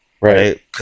Right